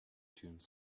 tune